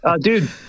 Dude